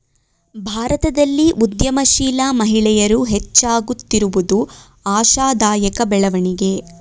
ಭಾರತದಲ್ಲಿ ಉದ್ಯಮಶೀಲ ಮಹಿಳೆಯರು ಹೆಚ್ಚಾಗುತ್ತಿರುವುದು ಆಶಾದಾಯಕ ಬೆಳವಣಿಗೆ